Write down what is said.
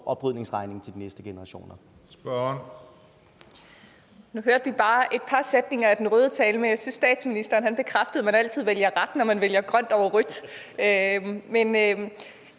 oprydningsregning til de næste generationer.